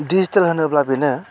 digital होनोब्ला बेनो